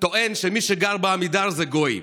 טוען שמי שגר בעמידר זה גויים.